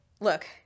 look